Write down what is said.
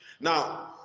now